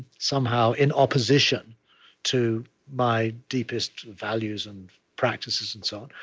somehow, in opposition to my deepest values and practices and so on,